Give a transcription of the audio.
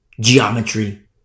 geometry